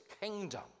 kingdom